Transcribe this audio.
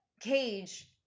Cage